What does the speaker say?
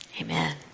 amen